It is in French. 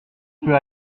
peut